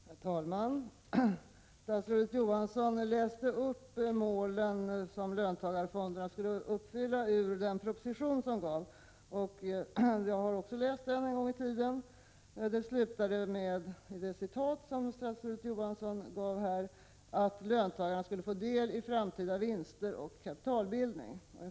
Herr talman! Statsrådet Johansson läste upp ur propositionen målen för löntagarfonderna. Jag har också läst propositionen en gång i tiden. Den slutar med det citat som statsrådet Johansson läste upp, nämligen att löntagarna skulle få del i framtida vinster och kapitalbildning.